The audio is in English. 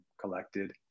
collected